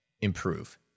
improve